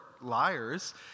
liars